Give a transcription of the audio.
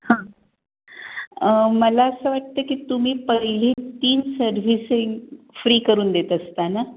हां मला असं वाटतं की तुम्ही पहिले तीन सर्विसिंग फ्री करून देत असता ना